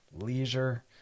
leisure